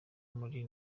muri